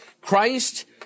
Christ